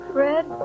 Fred